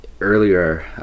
earlier